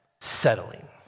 settling